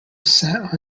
sat